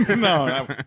No